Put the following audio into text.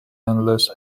unless